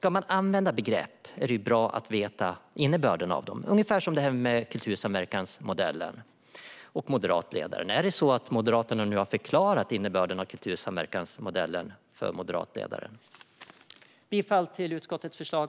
Ska man använda begrepp är det bra att känna till innebörden av dem. Det är ungefär som när moderatledaren talar om kultursamverkansmodellen. Har ni moderater nu förklarat innebörden av kultursamverkansmodellen för moderatledaren? Jag yrkar bifall till utskottets förslag.